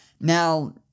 Now